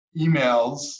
emails